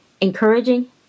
encouraging